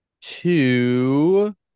two